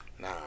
Nah